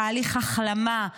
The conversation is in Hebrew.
תהליך החלמה,